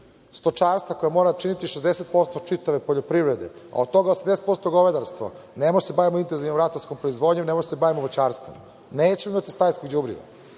stočarstva, koje mora činiti 60% čitave poljoprivrede, a od toga 80% govedarstvo, ne možemo da se bavimo intenzivno ratarskom proizvodnjom, ne možemo da se bavimo voćarstvom. Nećemo imati stajsko đubrivo.